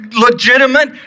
legitimate